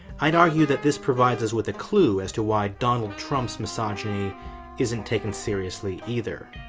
i'd argue that this provides us with a clue as to why donald trump's misogyny isn't taken seriously either.